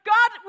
God